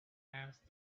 asked